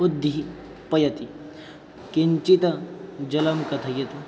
बुद्धिः पयति किञ्चित् जलं कथयतु